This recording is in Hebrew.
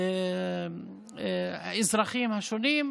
האזרחים השונים,